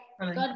God